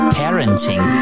parenting